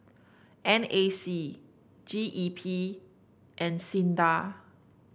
N A C G E P and SINDA